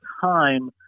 time